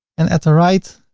and at the right,